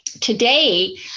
today